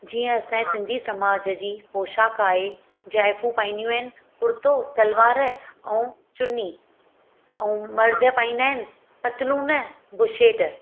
जीअं असांजे सिंधी समाज जी पोशाक आहे जायफ़ूं पाईंदियूं आहिनि कुर्तो सलवार ऐं चुनी ऐं मर्द पाईंदा आहिनि पतलून बुशेटि